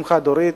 אם חד-הורית.